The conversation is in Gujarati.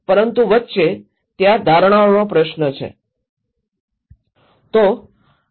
પરંતુ વચ્ચે ત્યાં ધારણાઓનો પ્રશ્ન છે